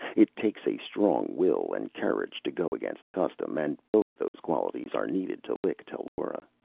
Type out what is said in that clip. it takes a strong will and courage to go against custom, and both those qualities are needed to lick tellura.